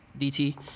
DT